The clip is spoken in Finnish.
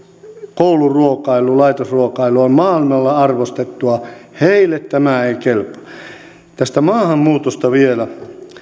kouluruokailu laitosruokailu on maailmalla arvostettua heille tämä ei kelpaa tästä maahanmuutosta vielä